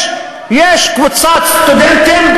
יש קבוצת סטודנטים,